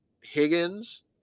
Higgins